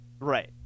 Right